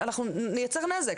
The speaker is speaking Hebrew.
אנחנו נייצר נזק.